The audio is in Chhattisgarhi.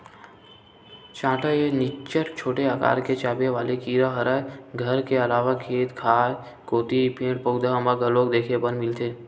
चाटा ए निच्चट छोटे अकार के चाबे वाले कीरा हरय घर के अलावा खेत खार कोती पेड़, पउधा म घलोक देखे बर मिलथे